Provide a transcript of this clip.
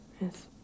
Yes